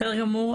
בסדר גמור.